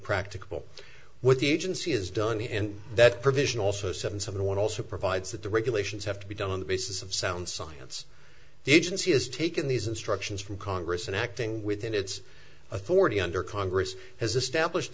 practicable with the agency is done and that provisional so seven seven one also provides that the regulations have to be done on the basis of sound science the agency has taken these instructions from congress and acting within its authority under congress has established